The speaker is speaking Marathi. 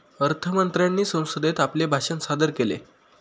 अर्थ मंत्र्यांनी संसदेत आपले भाषण सादर केले